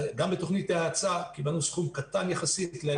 גם בתוכנית האצה קיבלנו סכום קטן יחסית להשקעות הגדולות.